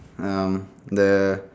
um the